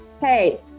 Hey